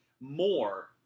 more